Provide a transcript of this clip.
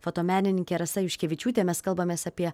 fotomenininkė rasa juškevičiūtė mes kalbamės apie